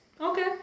okay